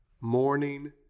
morning